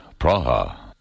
Praha